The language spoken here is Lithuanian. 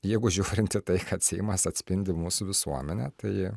jeigu žiūrint į tai kad seimas atspindi mūsų visuomenę tai